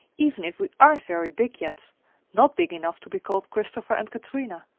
even if we aren't very big yet not big enough to be called christopher and katrina.